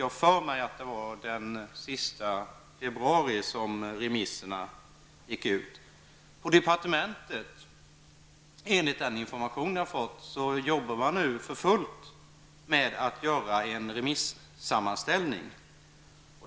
Jag vill minnas att tiden för remisser gick ut den sista februari. Enligt den information som jag har fått jobbar man nu på departementet för fullt med att göra en remissammanställning.